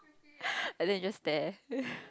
and then you just stare